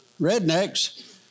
rednecks